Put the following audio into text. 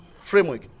framework